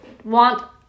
Want